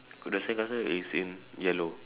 so the sandcastle is in yellow